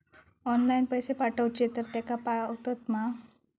Online पैसे पाठवचे तर तेका पावतत मा?